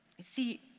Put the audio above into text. see